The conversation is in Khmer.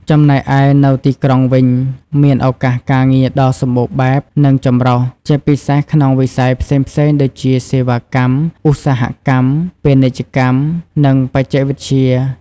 ចំណែកឯនៅទីក្រុងវិញ មានឱកាសការងារដ៏សម្បូរបែប និងចម្រុះ ជាពិសេសក្នុងវិស័យផ្សេងៗដូចជា សេវាកម្ម ឧស្សាហកម្ម ពាណិជ្ជកម្ម និងបច្ចេកវិទ្យា។